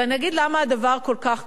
ואני אגיד למה הדבר כל כך קריטי,